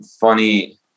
funny